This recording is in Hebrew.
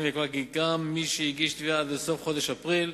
ונקבע כי מי שיגיש תביעה עד לסוף חודש אפריל,